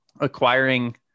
acquiring